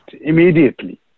immediately